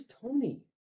Tony